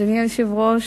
אדוני היושב-ראש,